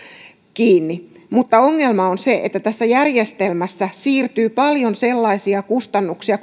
kiinni mutta ongelma on se että tässä järjestelmässä koko maakuntauudistuksessa siirtyy paljon sellaisia kustannuksia